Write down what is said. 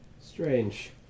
Strange